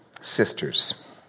sisters